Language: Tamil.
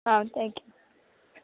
ஆ தேங்க்யூ